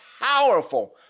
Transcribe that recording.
powerful